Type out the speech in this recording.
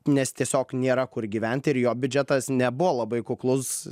nes tiesiog nėra kur gyventi ir jo biudžetas nebuvo labai kuklus